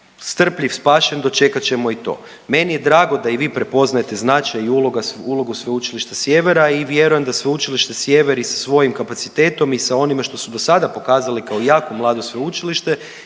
strpljiv spašen dočekat ćemo i to. Meni je drago da i vi prepoznajete značaj i ulogu Sveučilišta Sjevera i vjerujem da Sveučilište Sjever i sa svojim kapacitetom i sa onima što su do sada pokazali kao jako mlado sveučilište